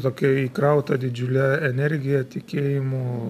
tokia įkrauta didžiule energija tikėjimu